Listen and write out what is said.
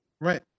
Right